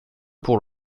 pour